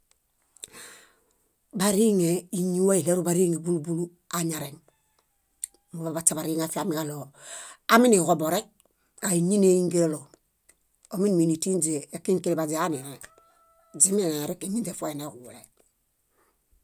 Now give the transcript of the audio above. Bariŋe íñiwa iɭerubariŋe búlu búlu añareŋ. Muḃabaśebariŋe afiamiġaɭo aminiġoborek áeñinileingeralo. Ominuini tínźe ekĩkiliḃa źilanirẽe. Źiminilẽhe éñinźe neeġule.